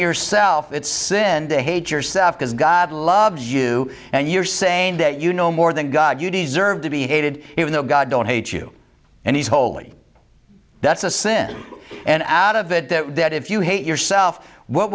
yourself it send the hate yourself because god loves you and you're saying that you know more than god you deserve to be hated even though god don't hate you and he's holy that's a sin and out of it that if you hate yourself what